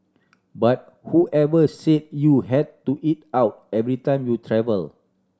but whoever said you had to eat out every time you travel